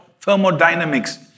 thermodynamics